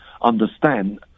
understand